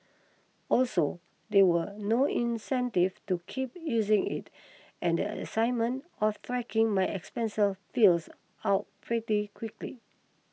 also there were no incentive to keep using it and a excitement of tracking my expense fizzles out pretty quickly